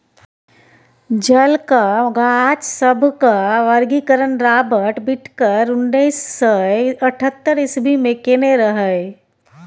जलक गाछ सभक वर्गीकरण राबर्ट बिटकर उन्नैस सय अठहत्तर इस्वी मे केने रहय